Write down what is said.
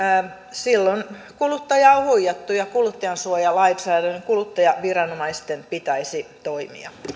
silloin kuluttajaa on huijattu ja kuluttajansuojalainsäädännön kuluttajaviranomaisten pitäisi toimia